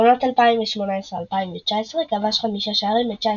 בעונת 2018/2019 כבש חמישה שערים ב-19